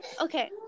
okay